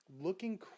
looking